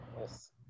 yes